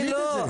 תגיד את זה.